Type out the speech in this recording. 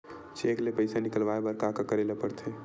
Cheque ले पईसा निकलवाय बर का का करे ल पड़हि?